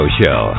show